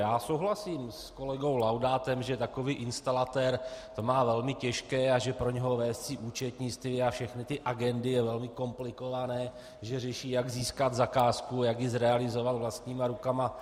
Já souhlasím s kolegou Laudátem, že takový instalatér to má velmi těžké a že pro něho vést si účetnictví a všechny ty agendy je velmi komplikované, že řeší, jak získat zakázku, jak ji zrealizovat vlastníma rukama.